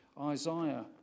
Isaiah